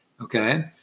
okay